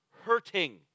hurting